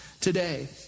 today